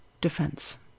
defense